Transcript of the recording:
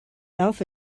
alpha